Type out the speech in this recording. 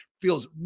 feels